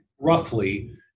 roughly